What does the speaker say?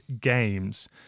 games